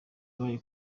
yabaye